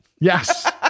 Yes